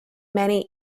many